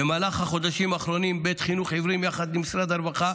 במהלך החודשים האחרונים בית חינוך עיוורים יחד עם משרד הרווחה,